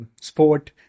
sport